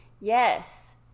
Yes